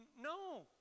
No